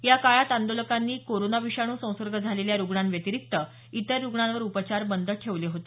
या काळात आंदोलकांनी कोरोना विषाणू संसर्ग झालेल्या रुग्णांव्यतिरिक्त इतर रुग्णांवर उपचार बंद ठेवले होते